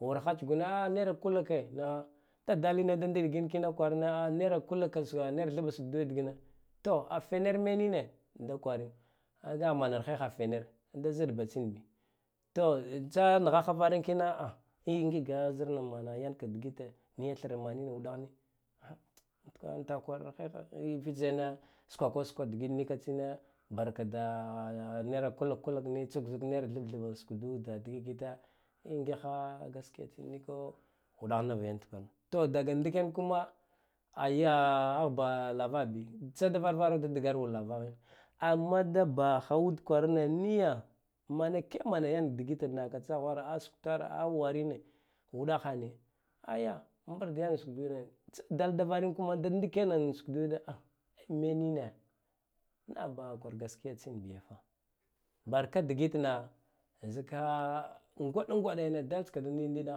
Wurha tsgune a'a naira kuluke nigha da daline da ndiɗgin kina kwarane a naira kuluka suk naita sukdud digine to a fener menine da kwarude kaga a manarheha fener da ziɗbatsmbi to tsa nkha kha varin kina a mgiga zama mana yank digite niya thrna manine uɗagh nina ah an fitsene skwako skwa dgit nika tsire barka da naira kuluk-kulukni tsuk zik naira thb-thb sukududa digit digita an ngikha kaskiya tsin niko uɗagh nivyan tkwaran to daga ndiken kuma aya lavahi fsdvarvar da dagal war lavagh amma dagha ud kwarane niya manake mana yan digite naka tsaghwara a suktare a warine uɗagh ni aya mbrdiyawa sukdude tsdal dvarinkama da ndikena sukdude a amenine naghbaha kwar gaskiya tsinbiyafa barka ndiɗa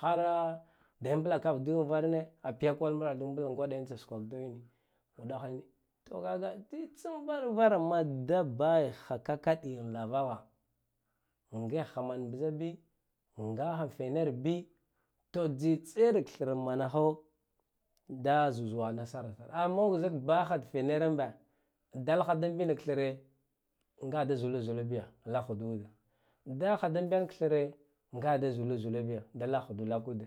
hara demblakavaduwa varina a piyakwala ambladumbla gwaɗa yan sugwak diyine udakhani to kaga tsitsan varavama dabayeghan kakadiyam lavagha ngigha man bzabi angaghe fenerbi to tsitsirab thran manho da zuzuha nasara sar amma uk zik bakha feneran mba dalha da mbillak thre nyakha da zuku zula biya lakwduwade dagha da mbiyang thre ngaha da zuluzwa biya da laghdu lakude.